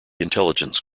intelligence